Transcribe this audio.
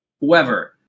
whoever